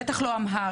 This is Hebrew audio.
בטח לא אמהרית.